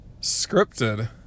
scripted